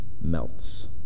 melts